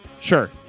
Sure